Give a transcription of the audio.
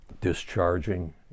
discharging